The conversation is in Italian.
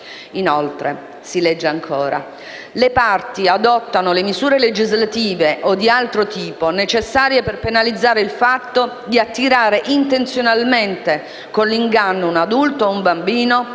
Inoltre, «Le Parti adottano le misure legislative o di altro tipo necessarie per penalizzare il fatto di attirare intenzionalmente con l'inganno un adulto o un bambino